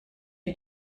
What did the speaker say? you